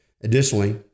Additionally